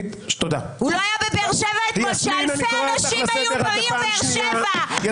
הוא לא היה בבאר שבע אתמול שאלפי אנשים היו בעיר באר שבע,